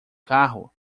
carro